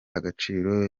agaciro